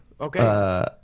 Okay